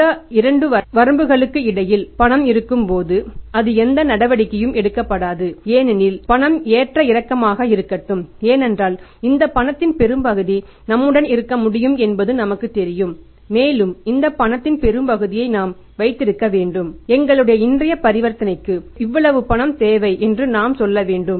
இந்த 2 வரம்புகளுக்கு இடையில் பணம் இருக்கும்போது அது எந்த நடவடிக்கையும் எடுக்கப்படாது ஏனெனில் பணம் ஏற்ற இறக்கமாக இருக்கட்டும் ஏனென்றால் இந்த பணத்தின் பெரும்பகுதி நம்முடன் இருக்க முடியும் என்பது நமக்குத் தெரியும் மேலும் இந்த பணத்தின் பெரும்பகுதியை நாம் வைத்திருக்க வேண்டும் எங்களுடைய இன்றைய பரிவர்த்தனைகளுக்கு இவ்வளவு பணம் தேவை என்று நாம் சொல்ல வேண்டும்